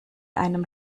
einem